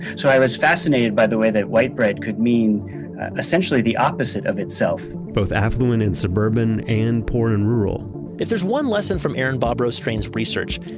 so i was fascinated by the way that white bread could mean essentially the opposite of itself both affluent and suburban, and port and rural if there's one lesson from aaron bobrow-strain's research,